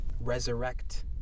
resurrect